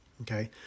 Okay